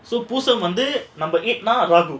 பூசம் வந்து:poosam vandhu number eight னா ராகு:naa raagu